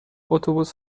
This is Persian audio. اتوبوس